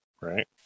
Right